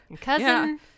cousin